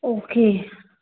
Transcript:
okay